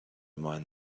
mind